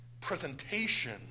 presentation